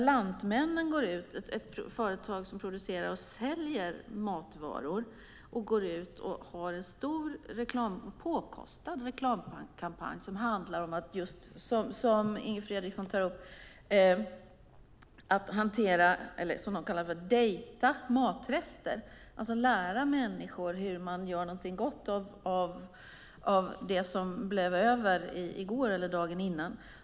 Lantmännen är ett företag som producerar och säljer matvaror. Det går ut och har en stor påkostad reklamkampanj. Som Inger Fredriksson tar upp handlar det om att hantera, eller vad de kallar för dejta, matrester. Det handla om att lära människor hur man gör någonting gott av det som blev över i går eller dagen innan.